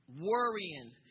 worrying